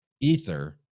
ether